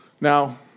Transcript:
Now